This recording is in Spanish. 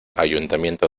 ayuntamiento